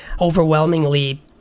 overwhelmingly